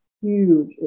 huge